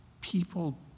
people